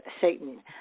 Satan